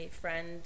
friend